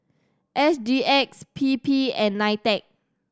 S G X P P and NITEC